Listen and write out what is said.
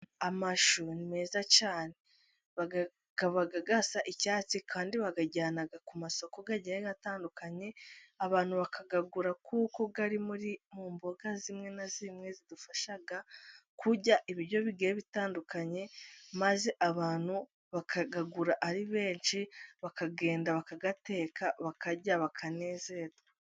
Amashu ni meza cyane, aba asa icyatsi, kandi bayajyana ku masoko agiye atandukanye. Abantu bakayagura, kuko ari mu mboga zimwe na zimwe zidufasha kurya ibiryo bigiye bitandukanye. Maze abantu bakayagura ari benshi, bakagenda, bakayateka, bakarya, bakanezererwa.